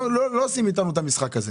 לא עושים איתנו את המשחק הזה.